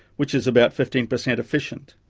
which is about fifteen percent efficient.